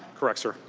correct, sir.